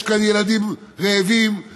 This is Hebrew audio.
יש כאן ילדים רעבים,